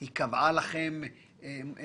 האם היא קבעה לכם כללים,